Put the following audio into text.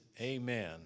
Amen